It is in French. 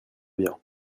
bien